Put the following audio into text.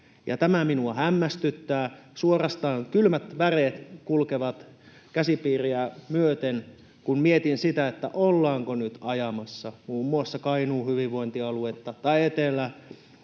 Tämä minua hämmästyttää. Suorastaan kylmät väreet kulkevat käsipiiriä myöten, kun mietin sitä, että ollaanko nyt ajamassa muun muassa Kainuun hyvinvointialuetta tai Etelä-Savon